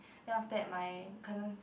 then after that my cousins